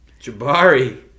Jabari